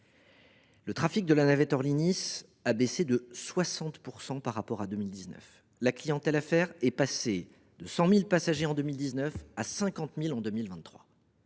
Le trafic de la navette Orly Nice a diminué de 60 % par rapport à 2019. La clientèle affaires est passée de 100 000 passagers en 2019 à 50 000 en 2023.